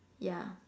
yeah